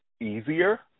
easier